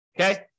Okay